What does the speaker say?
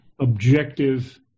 Objective